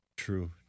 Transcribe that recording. true